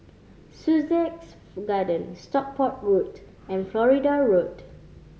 Sussex Garden Stockport Road and Florida Road